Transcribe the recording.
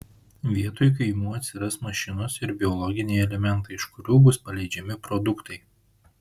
vietoj kaimų atsiras mašinos ir biologiniai elementai iš kurių bus paleidžiami produktai